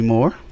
More